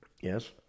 Yes